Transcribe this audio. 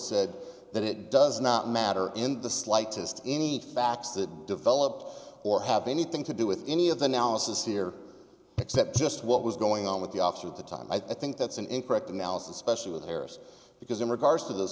said that it does not matter in the slightest any facts that develop or have anything to do with any of the now assess here except just what was going on with the officer at the time i think that's an incorrect analysis specially with errors because in regards to those